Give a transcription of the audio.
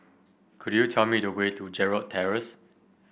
could you tell me the way to Gerald Terrace